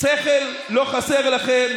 שכל לא חסר לכם.